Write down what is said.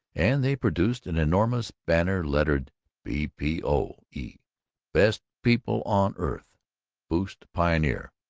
and they produced an enormous banner lettered b. p. o. e best people on earth boost pioneer,